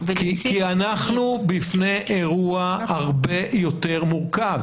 כי אנחנו בפני אירוע הרבה יותר מורכב